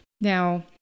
now